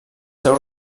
seus